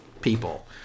people